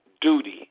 duty